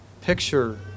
picture